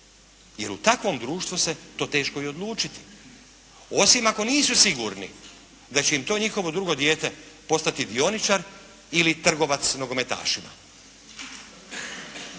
Jer u takvom društvu se to teško i odlučiti. Osim ako nisu sigurni da će im to njihovo drugo dijete postati dioničar ili trgovac nogometašima.